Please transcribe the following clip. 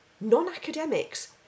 non-academics